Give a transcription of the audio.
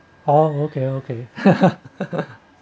oh okay okay